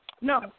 No